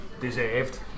deserved